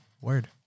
Word